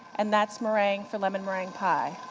and that's meringue for lemon meringue pie.